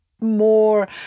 more